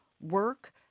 work